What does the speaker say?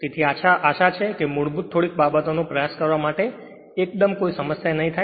તેથી આશા છે કે મૂળભૂત થોડીક બાબતોનો પ્રયાસ કરવા માટે એકદમ કોઈ સમસ્યા નહીં થાય